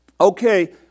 okay